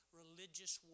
religious